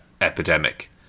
epidemic